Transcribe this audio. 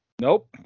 Nope